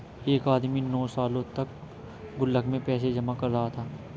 एक आदमी नौं सालों तक गुल्लक में पैसे जमा कर रहा था